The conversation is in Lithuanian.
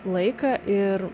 laiką ir